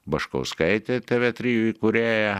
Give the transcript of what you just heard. baškauskaitė tv trijų įkūrėja